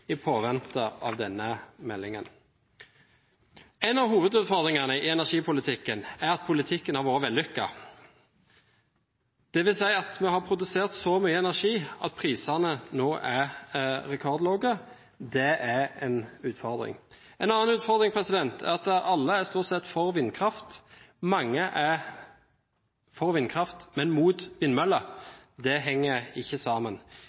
i påvente av denne meldingen. En av hovedutfordringene i energipolitikken er at politikken har vært vellykket. Det vil si at vi har produsert så mye energi at prisene nå er rekordlave, og det er en utfordring. En annen utfordring er at alle stort sett er for vindkraft – mange er for vindkraft, men mot vindmøller. Det henger ikke sammen.